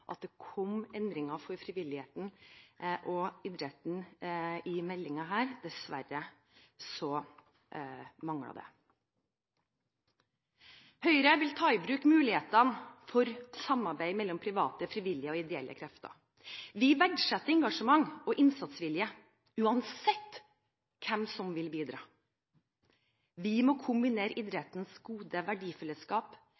at det kom endringer for frivilligheten og idretten i denne meldingen, men dessverre manglet det. Høyre vil ta i bruk mulighetene for samarbeid mellom private, frivillige og ideelle krefter. Vi verdsetter engasjement og innsatsvilje, uansett hvem som vil bidra. Vi må kombinere